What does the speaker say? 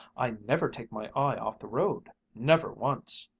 i never take my eye off the road, never once.